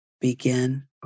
Begin